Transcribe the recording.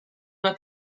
una